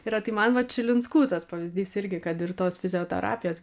yra tai man va čilinskų tas pavyzdys irgi kad ir tos fizioterapijos